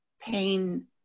pain